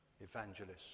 evangelists